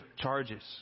charges